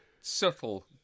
subtle